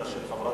התש"ע